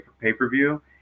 pay-per-view